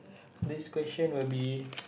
this question will be